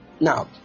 Now